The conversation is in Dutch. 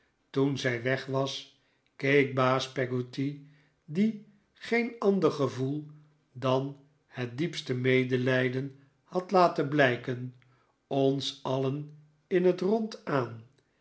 toen zij weg was keek baas peggotty die geen ander gevoel dan het diepste medelijden had laten blijken ons alien in het rond aan